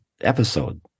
episode